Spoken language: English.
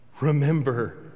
Remember